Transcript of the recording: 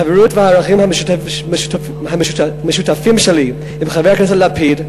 החברות והערכים המשותפים שלי עם חבר הכנסת לפיד,